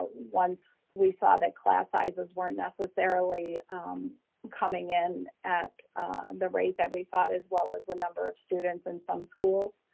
once we saw that class sizes weren't necessarily coming in at the rate that we thought, as well as the number of students in some schools,